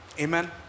Amen